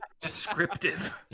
Descriptive